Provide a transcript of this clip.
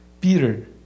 Peter